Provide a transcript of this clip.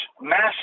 massive